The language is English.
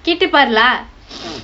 கேட்டு பாரு:kaettu paaru lah